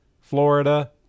Florida